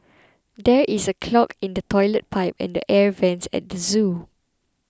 there is a clog in the Toilet Pipe and the Air Vents at the zoo